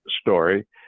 story